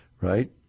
right